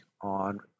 on